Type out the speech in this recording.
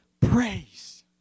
praise